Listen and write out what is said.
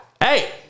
Hey